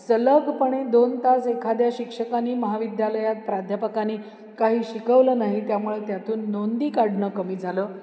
सलगपणे दोन तास एखाद्या शिक्षकाने महाविद्यालयात प्राध्यापकाने काही शिकवलं नाही त्यामुळे त्यातून नोंदी काढणं कमी झालं